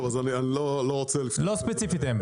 לא ספציפית הם,